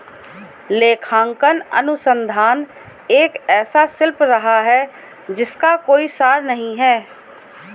लेखांकन अनुसंधान एक ऐसा शिल्प रहा है जिसका कोई सार नहीं हैं